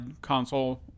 console